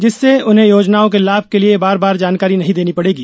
जिससे उन्हें योजनाओं के लाभ के लिए बार बार जानकारी नहीं देनी पडेगी